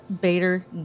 Bader